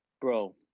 bro